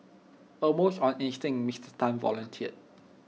almost on instinct Mister Tan volunteered